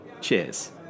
Cheers